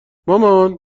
مامان